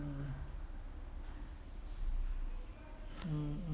mm